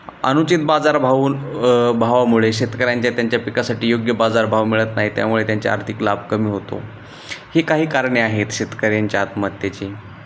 अनुचित बाजार भावून भावामुळे शेतकऱ्यांच्या त्यांच्या पिकासाठी योग्य बाजारभाव मिळत नाही त्यामुळे त्यांचा आर्थिक लाभ कमी होतो ही काही कारणे आहेत शेतकऱ्यांच्या आत्महत्येची